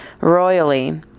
royally